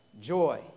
joy